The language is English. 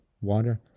water